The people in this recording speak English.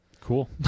Cool